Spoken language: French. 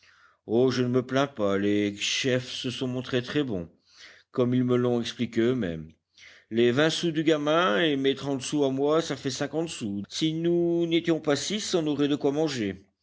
oh je ne me plains pas les chefs se sont montrés très bons comme ils me l'ont expliqué eux-mêmes les vingt sous du gamin et mes trente sous à moi ça fait cinquante sous si nous n'étions pas six on aurait de quoi manger